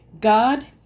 God